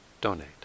donate